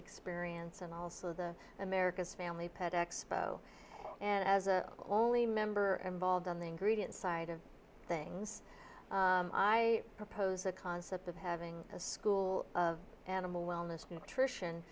experience and also the america's family pet expo and as a only member involved on the ingredients side of things i proposed the concept of having a school animal wellness nutrition